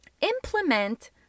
implement